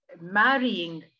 marrying